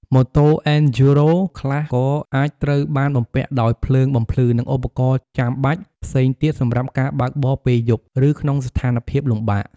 ម៉ូតូ អេនឌ្យូរ៉ូ (Enduro) ខ្លះក៏អាចត្រូវបានបំពាក់ដោយភ្លើងបំភ្លឺ និងឧបករណ៍ចាំបាច់ផ្សេងទៀតសម្រាប់ការបើកបរពេលយប់ ឬក្នុងស្ថានភាពលំបាក។